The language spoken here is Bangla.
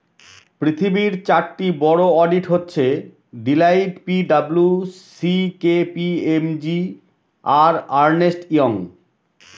পৃথিবীর চারটি বড়ো অডিট হচ্ছে Deloitte P W C K P M G আর আর্নেস্ট ইয়ং